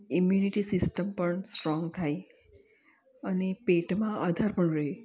immunity system પણ strong થાય અને પેટમાં આધાર પણ રહે